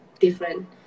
different